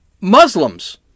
Muslims